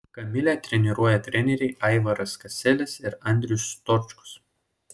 kamilę treniruoja treneriai aivaras kaselis ir andrius stočkus